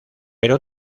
pero